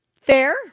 Fair